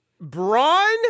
Braun